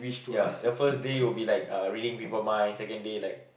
ya the first day will be like uh reading people mind second day like